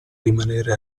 rimanere